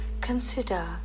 consider